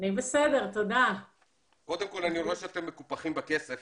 אני רואה שאתם מקופחים בכסף.